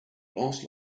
last